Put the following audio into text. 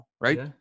right